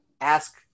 ask